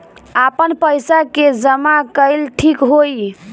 आपन पईसा के जमा कईल ठीक होई?